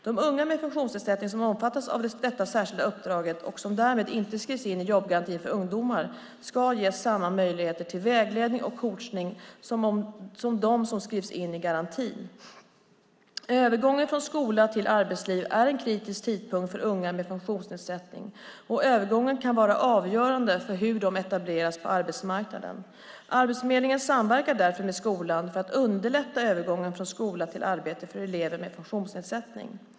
De unga med funktionsnedsättning som omfattas av det särskilda uppdraget och som därmed inte skrivs in i jobbgarantin för ungdomar ska ges samma möjligheter till vägledning och coachning som de som skrivs in i garantin. Övergången från skola till arbetsliv är en kritisk tidpunkt för unga med funktionsnedsättning, och övergången kan vara avgörande för hur de etableras på arbetsmarknaden. Arbetsförmedlingen samverkar därför med skolan för att underlätta övergången från skola till arbete för elever med funktionsnedsättning.